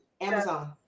Amazon